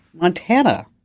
Montana